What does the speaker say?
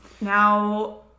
Now